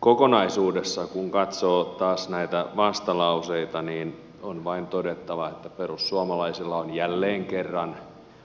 kokonaisuudessaan kun katsoo taas näitä vastalauseita on vain todettava että perussuomalaisilla on jälleen kerran